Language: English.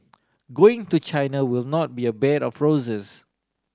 going to China will not be a bed of roses